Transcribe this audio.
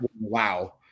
Wow